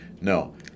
No